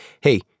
Hey